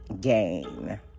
gain